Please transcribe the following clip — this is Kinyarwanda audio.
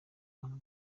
abantu